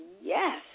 Yes